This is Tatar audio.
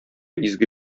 изге